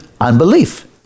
unbelief